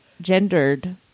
gendered